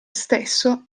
stesso